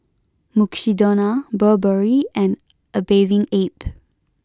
Mukshidonna Burberry and A Bathing Ape